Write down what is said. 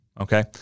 Okay